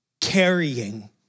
carrying